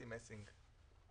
מי מציג?